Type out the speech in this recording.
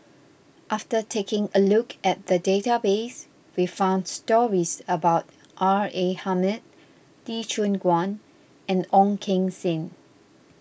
after taking a look at the database we found stories about R A Hamid Lee Choon Guan and Ong Keng Sen